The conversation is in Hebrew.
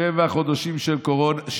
שבעה חודשים של קורונה,